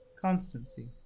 constancy